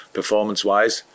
performance-wise